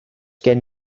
gen